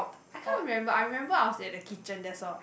I can't remember I remember I was in the kitchen that's all